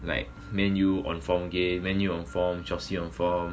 like man U on form game man U on form jozy on form